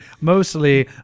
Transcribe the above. mostly